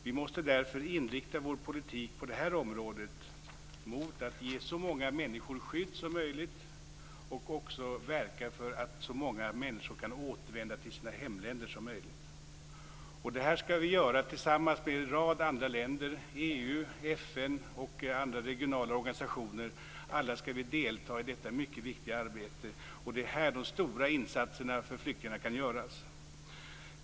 Vi måste därför inrikta vår politik på detta område mot att ge så många människor skydd som möjligt. Vi måste också verka för att så många människor skall kunna återvända till sina hemländer som möjligt. Det skall vi göra tillsammans med en rad andra länder i EU, FN och andra regionala organisationer. Alla skall vi delta i detta mycket viktiga arbete. Det är här de stora insatserna för flyktingarna kan göras.